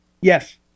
Yes